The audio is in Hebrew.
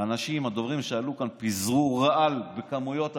האנשים הדוברים שעלו כאן פיזרו רעל בכמויות אדירות,